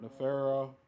Nefera